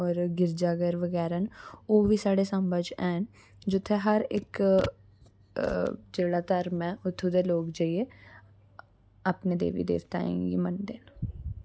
होर गिरजाघर बगैरा न ओह् ओह्बी साढ़े साम्बा च हैन जित्थें हर इक जेह्ड़ा धर्म ऐ इत्थें दा लोग जाइयै अपने देवी देवतें गी मनदे न